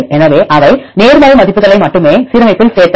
எனவே அவை நேர்மறை மதிப்புகளை மட்டுமே சீரமைப்பில் சேர்த்தன